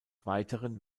weiteren